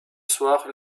soir